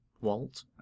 Walt